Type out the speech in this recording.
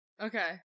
Okay